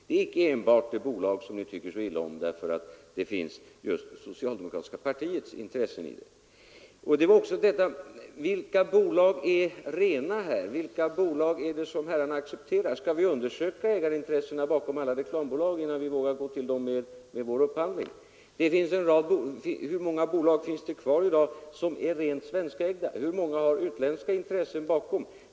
Det är alltså icke enbart det bolag som ni tycker så illa om just därför att det socialdemokratiska partiet har intressen i det. Man kan också fråga: Vilka bolag är rena? Och vilka bolag är det som herrarna accepterar? Skall vi undersöka ägarintressena bakom alla reklam bolag innan vi vågar göra en upphandling hos dem? Hur många bolag finns det i dag kvar som är rent svenskägda och hur många har utländska intressen bakom sig?